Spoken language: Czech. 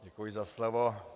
Děkuji za slovo.